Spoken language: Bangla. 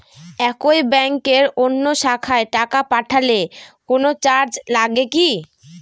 একই ব্যাংকের অন্য শাখায় টাকা পাঠালে কোন চার্জ লাগে কি?